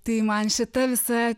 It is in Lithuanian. tai man šita visa